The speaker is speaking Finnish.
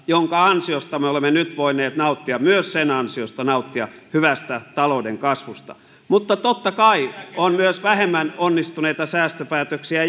jonka ansiosta me olemme nyt voineet nauttia myös sen ansiosta nauttia hyvästä talouden kasvusta mutta totta kai on myös vähemmän onnistuneita säästöpäätöksiä